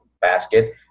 basket